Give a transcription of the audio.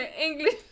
english